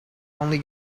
only